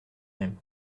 même